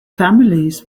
families